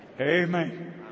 Amen